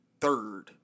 third